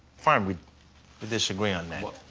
fine, we but disagree on